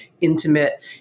intimate